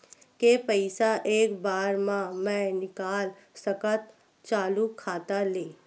के पईसा एक बार मा मैं निकाल सकथव चालू खाता ले?